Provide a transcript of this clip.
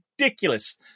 ridiculous